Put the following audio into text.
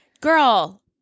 girl